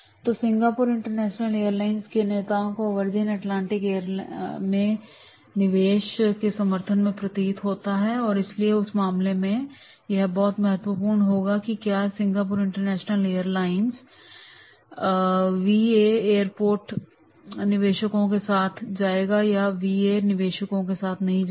तो Singapore International Airlines के नेताओं को वर्जिन अटलांटिक निवेश के समर्थन में प्रतीत होता है और इसलिए उस मामले में यह बहुत महत्वपूर्ण होगा कि क्या यह Singapore International Airlines V A airport निवेशों के साथ जाएगा या वे वी ए निवेशों के साथ नहीं जाएगा